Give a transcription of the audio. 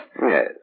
Yes